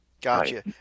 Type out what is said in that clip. Gotcha